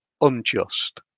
unjust